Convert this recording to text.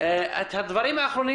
לא שמענו את הדברים האחרונים